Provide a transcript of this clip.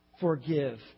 forgive